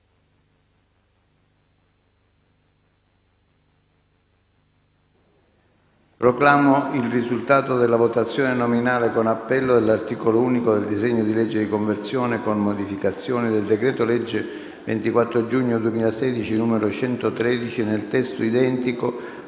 Proclamo il risultato della votazione nominale con appello dell'articolo unico del disegno di legge n. 2495, di conversione in legge, con modificazioni, del decreto-legge 24 giugno 2016, n. 113, nel testo approvato